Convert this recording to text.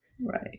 Right